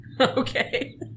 Okay